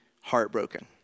heartbroken